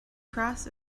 cross